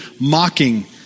mocking